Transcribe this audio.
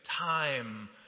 time